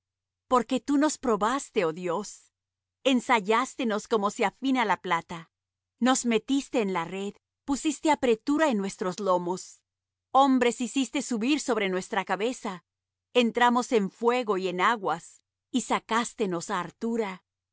porque tú nos probaste oh dios ensayástenos como se afina la plata nos metiste en la red pusiste apretura en nuestros lomos hombres hiciste subir sobre nuestra cabeza entramos en fuego y en aguas y sacástenos á hartura